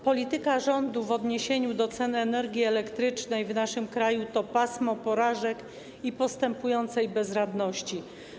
Polityka rządu w odniesieniu do cen energii elektrycznej w naszym kraju to pasmo porażek i postępującej bezradności.